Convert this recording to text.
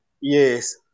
Yes